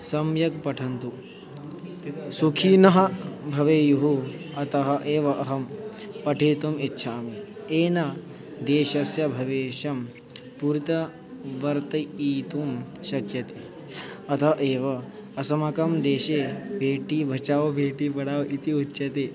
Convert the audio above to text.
सम्यक् पठन्तु सुखीनः भवेयुः अतः एव अहं पठितुम् इच्छामि येन देशस्य भवेशं पूर्तवर्तयितुं शक्यते अतः एव अस्माकं देशे बेटि भचाव् बेटिपडाव् इति उच्यते